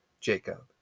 Jacob